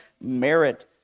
merit